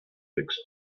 fixed